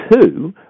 Two